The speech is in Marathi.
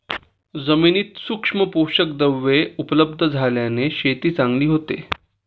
जमिनीत सूक्ष्म पोषकद्रव्ये उपलब्ध झाल्याने शेती चांगली होते